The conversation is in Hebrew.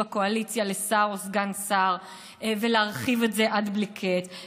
בקואליציה לשר או סגן שר ולהרחיב את זה עד בלי קץ,